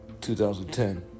2010